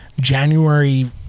January